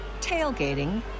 tailgating